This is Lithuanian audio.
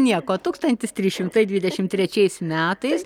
nieko tūkstantis trys šimtai dvidešim trečiais metais